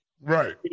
right